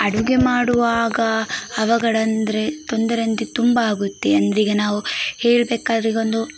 ಅಡುಗೆ ಮಾಡುವಾಗ ಅವಘಡ ಅಂದರೆ ತೊಂದರೆ ಅಂದರೆ ತುಂಬ ಆಗುತ್ತೆ ಅದರೀಗ ನಾವು ಹೇಳಬೇಕಾದ್ರೆ ಈಗ ಒಂದು